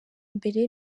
mbere